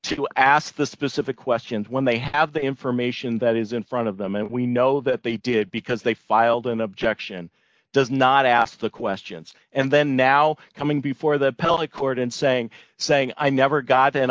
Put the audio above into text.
to ask the specific questions when they have the information that is in front of them and we know that they did because they filed an objection does not ask the questions and then now coming before the appellate court and saying saying i never got an